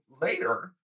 later